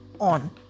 on